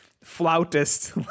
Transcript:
flautist